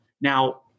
Now